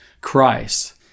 Christ